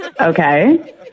okay